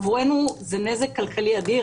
עבורנו זה נזק כלכלי אדיר.